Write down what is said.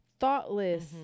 Thoughtless